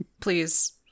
please